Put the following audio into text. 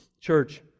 Church